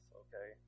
okay